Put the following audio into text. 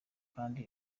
kandi